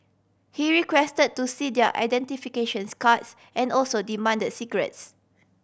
he requested to see their identifications cards and also demand the cigarettes